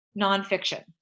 nonfiction